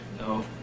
No